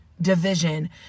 division